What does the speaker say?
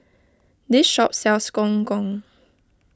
this shop sells Gong Gong